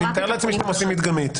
אני מתאר לעצמי שאתם עושים את זה מדגמית.